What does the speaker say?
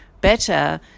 better